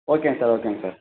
ஓகேங்க சார் ஓகேங்க சார்